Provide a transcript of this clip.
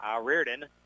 Reardon